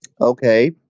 Okay